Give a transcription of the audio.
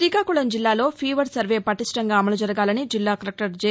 శ్రీకాకుళం జిల్లాలో fever survey పటీష్ణింగా అమలు జరగాలని జిల్లా కలెక్టర్ జె